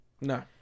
No